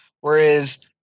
Whereas